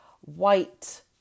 white